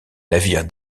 navire